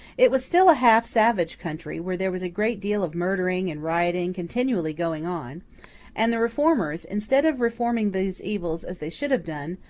it was still a half savage country, where there was a great deal of murdering and rioting continually going on and the reformers, instead of reforming those evils as they should have done,